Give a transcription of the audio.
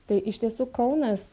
tai iš tiesų kaunas